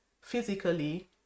physically